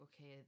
okay